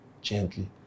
gently